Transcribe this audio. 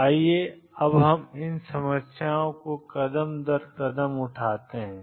तो आइए अब हम इन समस्याओं को कदम दर कदम उठाते हैं